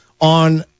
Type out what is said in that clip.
on